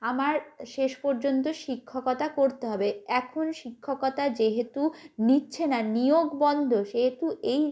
আমার শেষ পর্যন্ত শিক্ষকতা করতে হবে এখন শিক্ষকতা যেহেতু নিচ্ছে না নিয়োগ বন্ধ সেহেতু এই